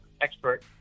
expert